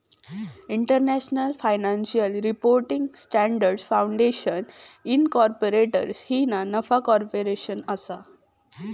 international financial reporting standards foundation incorporated ही ना नफा कॉर्पोरेशन असा